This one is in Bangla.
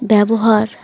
ব্যবহার